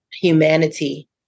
humanity